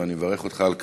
ואני מברך אותך על כך,